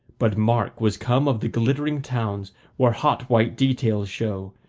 but mark was come of the glittering towns where hot white details show,